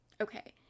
okay